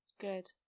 Good